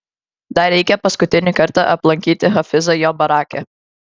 dar reikia paskutinį kartą aplankyti hafizą jo barake